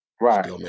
Right